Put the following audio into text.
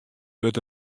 wurdt